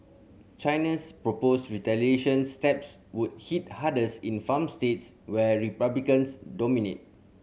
China's proposed retaliation steps would hit hardest in farm states where Republicans dominate